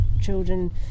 children